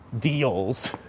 deals